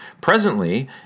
Presently